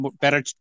better